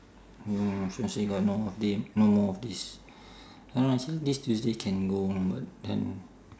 no she'll say got no half day no more off days don't know actually this tuesday can go one but then